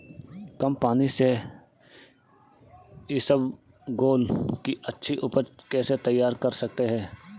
कम पानी से इसबगोल की अच्छी ऊपज कैसे तैयार कर सकते हैं?